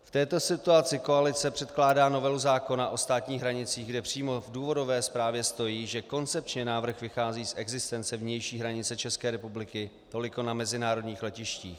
V této situaci koalice předkládá novelu zákona o státních hranicích, kde přímo v důvodové zprávě stojí, že koncepčně návrh vychází z existence vnější hranice České republiky toliko na mezinárodních letištích.